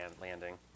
landing